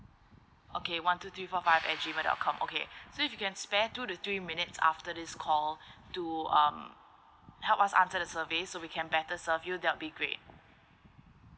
okay one two three four five at G mail dot com okay so you can spare two to three minutes after this call do um help us answer the survey so we can better serve you that'll be great